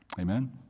Amen